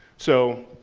so,